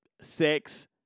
sex